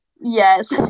Yes